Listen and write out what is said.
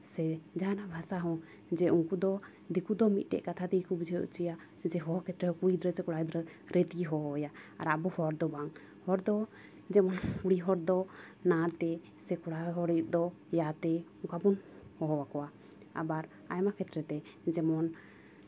ᱥᱮ ᱡᱟᱦᱟᱱᱟᱜ ᱵᱷᱟᱥᱟ ᱦᱚᱸ ᱡᱮ ᱩᱱᱠᱩ ᱫᱚ ᱫᱤᱠᱩ ᱫᱚ ᱢᱤᱫᱴᱮᱡ ᱠᱟᱛᱷᱟ ᱛᱮᱠᱚ ᱵᱩᱡᱷᱟᱹᱣ ᱦᱚᱪᱚᱭᱟ ᱡᱮ ᱦᱚᱦᱚ ᱠᱷᱮᱛᱛᱨᱮ ᱠᱩᱲᱤ ᱜᱤᱫᱽᱨᱟᱹ ᱥᱮ ᱠᱚᱲᱟ ᱜᱤᱫᱽᱨᱟᱹ ᱨᱮᱜᱮ ᱦᱚᱦᱚ ᱟᱭᱟ ᱟᱨ ᱟᱵᱚ ᱦᱚᱲ ᱫᱚ ᱵᱟᱝ ᱦᱚᱲᱫᱚ ᱡᱮᱢᱚᱱ ᱠᱩᱲᱤ ᱦᱚᱲ ᱫᱚ ᱱᱟᱛᱮ ᱥᱮ ᱠᱚᱲᱟ ᱦᱚᱲ ᱫᱚ ᱭᱟᱛᱮ ᱚᱱᱠᱟ ᱵᱚᱱ ᱦᱚᱦᱚ ᱟᱠᱚᱣᱟ ᱟᱵᱟᱨ ᱟᱭᱢᱟ ᱠᱷᱮᱛᱛᱨᱮ ᱛᱮ ᱡᱮᱢᱚᱱ